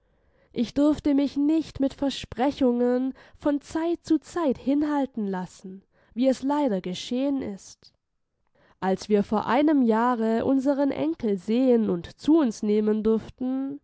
ich durfte mich nicht mit versprechungen von zeit zu zeit hinhalten lassen wie es leider geschehen ist als wir vor einem jahre unseren enkel sehen und zu uns nehmen durften